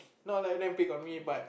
not let them pick on me but